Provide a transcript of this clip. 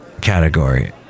category